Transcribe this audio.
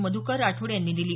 मधुकर राठोड यांनी दिली